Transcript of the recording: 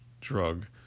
drug